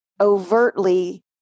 overtly